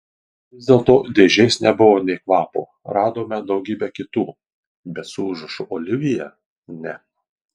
vis dėlto dėžės nebuvo nė kvapo radome daugybę kitų bet su užrašu olivija ne